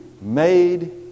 made